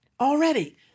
Already